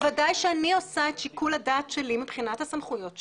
בוודאי שאני עושה את שיקול הדעת שלי מבחינת הסמכויות שלי.